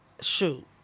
shoot